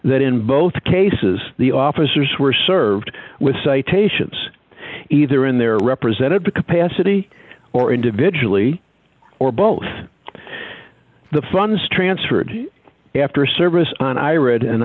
that in both cases the officers were served with citations either in their represented the capacity or individually or both the funds transferred after service on i read an